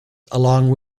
along